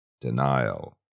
denial